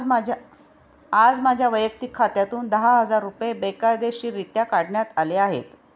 आज माझ्या वैयक्तिक खात्यातून दहा हजार रुपये बेकायदेशीररित्या काढण्यात आले आहेत